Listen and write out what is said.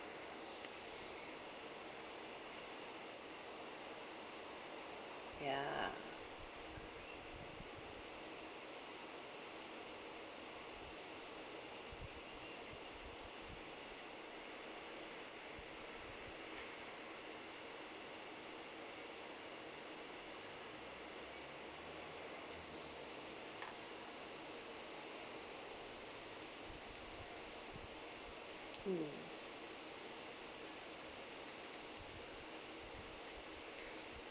yeah mm